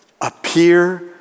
appear